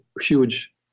huge